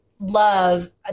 love